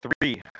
Three